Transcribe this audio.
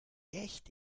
echt